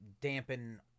dampen